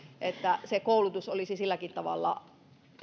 että se koulutus olisi silläkin tavalla